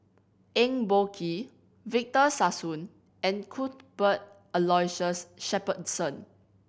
Eng Boh Kee Victor Sassoon and Cuthbert Aloysius Shepherdson